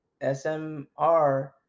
SMR